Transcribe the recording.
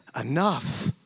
enough